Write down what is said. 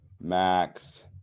Max